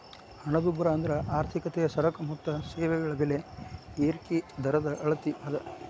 ಹಣದುಬ್ಬರ ಅಂದ್ರ ಆರ್ಥಿಕತೆಯ ಸರಕ ಮತ್ತ ಸೇವೆಗಳ ಬೆಲೆ ಏರಿಕಿ ದರದ ಅಳತಿ ಅದ